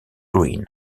green